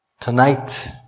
Tonight